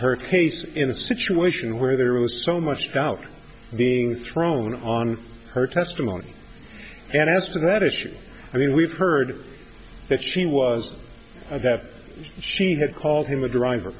her case in a situation where there was so much doubt being thrown on her testimony and as to that issue i mean we've heard that she was that she had called him a driver